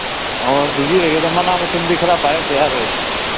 ꯑꯣ ꯄꯤꯕꯤꯔꯒꯦ ꯑꯗꯣ ꯃꯅꯥ ꯃꯊꯨꯝꯗꯤ ꯈꯔ ꯄꯥꯏꯔꯛꯇ ꯌꯥꯔꯣꯏꯌꯦ